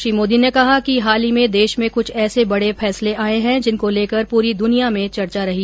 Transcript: श्री मोदी ने कहा कि हाल ही में देश में कुछ ऐसे बडे फैसले आये जिनको लेकर पूरी दुनिया में चर्चा रही